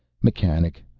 mechanic.